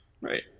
Right